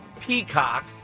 Peacock